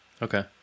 okay